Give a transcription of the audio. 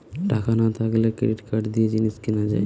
টাকা না থাকলে ক্রেডিট কার্ড দিয়ে জিনিস কিনা যায়